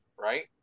right